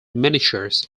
miniatures